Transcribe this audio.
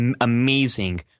amazing